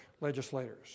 legislators